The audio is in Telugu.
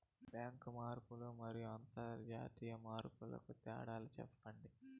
బ్యాంకు మార్పులు మరియు అంతర్జాతీయ మార్పుల కు తేడాలు సెప్పండి?